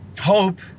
hope